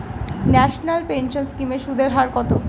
National pension scheme এর সুদের হার কত?